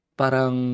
parang